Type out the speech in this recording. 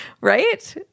Right